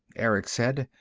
erick said.